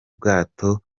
bwato